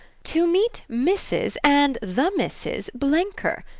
to meet mrs. and the misses blenker.